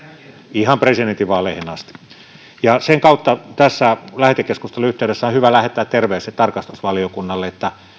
ihan presidentinvaaleihin asti sen kautta tässä lähetekeskustelun yhteydessä on hyvä lähettää terveiset tarkastusvaliokunnalle että